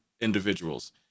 individuals